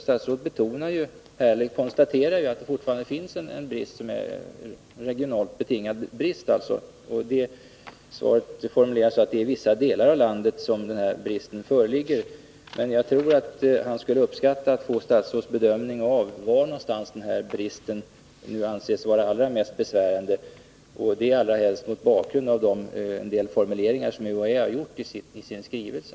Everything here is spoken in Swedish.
Statsrådet konstaterar att det fortfarande finns en brist som är regionalt betingad. Av svaret framgår att det i vissa delar av landet är en besvärande brist på tandläkare. Jag tror att Sven-Gösta Signell skulle uppskatta att få ett besked från statsrådet om var denna brist är allra mest besvärande, i synnerhet mot bakgrunden av en del formuleringar som UHÄ har i sin skrivelse.